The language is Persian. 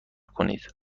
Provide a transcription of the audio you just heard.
کنید